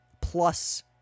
plus